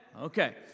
Okay